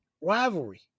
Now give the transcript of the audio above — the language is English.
rivalry